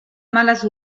males